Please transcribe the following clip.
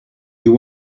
you